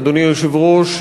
אדוני היושב-ראש,